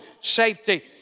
safety